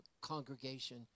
congregation